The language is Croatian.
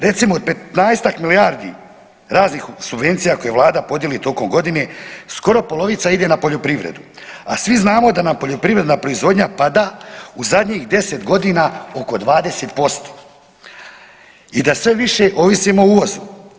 Recimo od 15-ak milijardi raznih subvencija koje Vlada podijeli tokom godine skoro polovica ide na poljoprivredu, a svi znamo da nam poljoprivredna proizvodnja pada u zadnjih 10 godina oko 20% i da sve više ovisimo o uvozu.